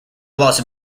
los